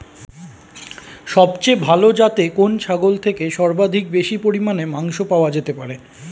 সবচেয়ে ভালো যাতে কোন ছাগল থেকে সর্বাধিক বেশি পরিমাণে মাংস পাওয়া যেতে পারে?